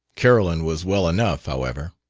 carolyn was well enough, however.